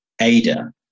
Ada